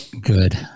good